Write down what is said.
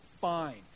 Fine